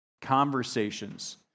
conversations